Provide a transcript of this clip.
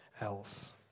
else